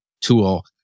tool